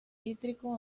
crítico